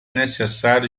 necessário